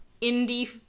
indie